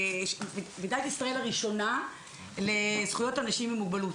ועידת ישראל הראשונה לזכויות אנשים עם מוגבלות,